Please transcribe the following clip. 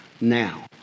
Now